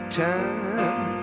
time